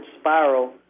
spiral